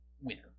winner